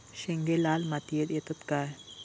शेंगे लाल मातीयेत येतत काय?